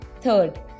Third